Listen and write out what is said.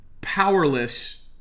powerless